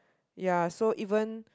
ya so even